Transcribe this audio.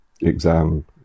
exam